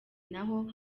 naho